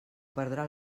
perdrà